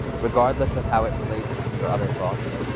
regardless of how it relates to your other thoughts,